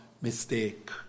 mistake